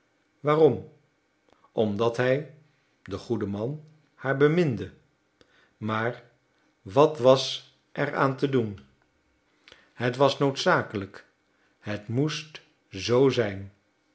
waarom omdat hij de goede man haar beminde maar wat was er aan te doen het was noodzakelijk het moest zoo zijn